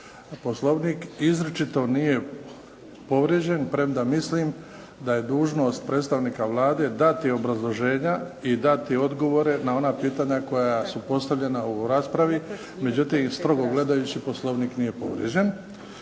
Poslovnik izričito nije povređen, premda mislim da je dužnost predstavnika vlade dati obrazloženja i dati odgovore na ona pitanja koja su postavljena u ovoj raspravi, međutim strogo gledajući Poslovnik nije povrijeđen.